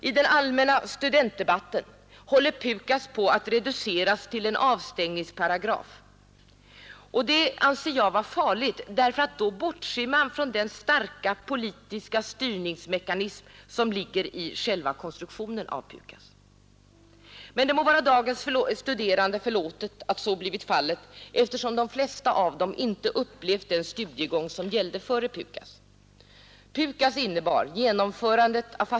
I den allmänna studentdebatten håller PUKAS på att reduceras till en avstängningsparagraf, och det anser jag vara farligt; då bortser man nämligen från den starka politiska styrningsmekanism som ligger i själva konstruktionen av PUKAS. Men det må vara dagens studerande förlåtet att så blivit fallet, eftersom de flesta av dem inte upplevt den studiegång som gällde före PUKAS.